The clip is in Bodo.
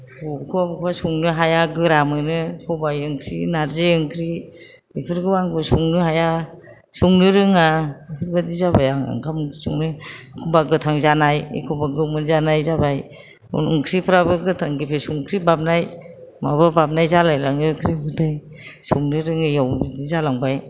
बबेखौबा बबेखौबा संनो हाया गोरा मोनो सबाय ओंख्रि नारजि ओंख्रि बेफोरखौ आंबो संनो हाया संनो रोङा बिफोरबादि जाबाय आं ओंखाम ओंख्रि संनो एखमब्ला गोथां जानाय एखमब्ला गोमोन जानाय जाबाय ओंख्रिफोराबो गोथां गेफे संख्रि बाबनाय माबा बाबनाय जालायलाङो ओंख्रि संनो रोङैयाव बिदि जालांबाय